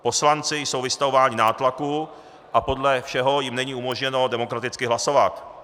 Poslanci jsou vystavováni nátlaku a podle všeho jim není umožněno demokraticky hlasovat.